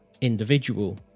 individual